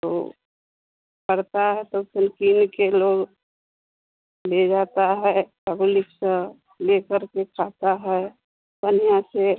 तो फरता है तो फ़िर फ़िर के लोग ले जाता है पब्लिक सब लेकर के खाता है पनिया से